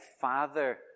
father